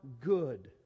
good